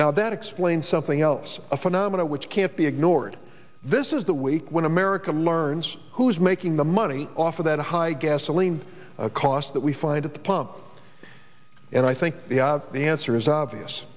now that explain something else a phenomena which can't be ignored this is the week when america learns who's making the money off of that high gasoline cost that we find at the pump and i think the answer is obvious